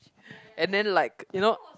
and then like you know